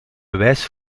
bewijs